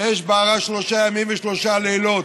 האש בערה שלושה ימים ושלושה לילות.